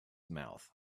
mouth